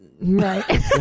Right